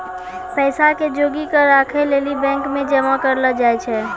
पैसा के जोगी क राखै लेली बैंक मे जमा करलो जाय छै